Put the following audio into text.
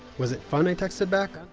was it fun? i texted back.